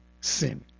sin